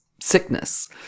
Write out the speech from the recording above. sickness